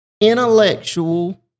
intellectual